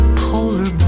polar